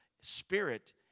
spirit